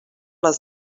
les